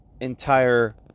entire